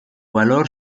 valor